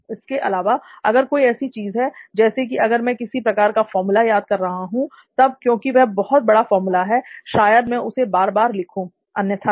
इसके अलावा अगर कोई ऐसी चीज है जैसे कि अगर मैं किसी प्रकार का फार्मूला याद कर रहा हूं तब क्योंकि वह बहुत बड़ा फार्मूला है शायद मैं उसे बार बार लिखूं अन्यथा नहीं